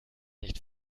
nicht